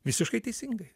visiškai teisingai